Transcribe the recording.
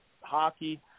hockey